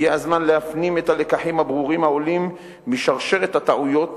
הגיע הזמן להפנים את הלקחים הברורים העולים משרשרת הטעויות